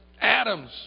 Adam's